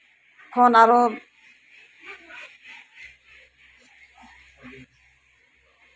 ᱠᱷᱚᱱ ᱟᱨᱚ